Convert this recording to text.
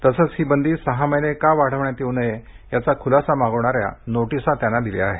तसंच ही बंदी सहा महिने का वाढवण्यात येऊ नये याचा खुलासा मागवणाऱ्या नोटिसा दिल्या आहेत